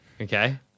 okay